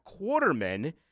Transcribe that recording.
Quarterman